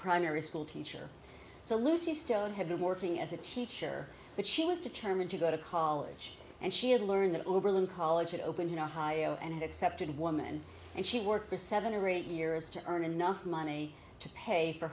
primary school teacher so lucy stone had been working as a teacher but she was determined to go to college and she had learned that oberlin college had opened in ohio and had accepted woman and she worked for seven or eight years to earn enough money to pay for